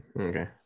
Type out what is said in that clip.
okay